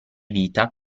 vita